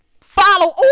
follow